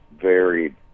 varied